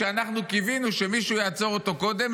שאנחנו קיווינו שמישהו יעצור אותו קודם,